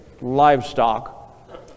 livestock